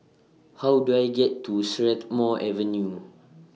How Do I get to Strathmore Avenue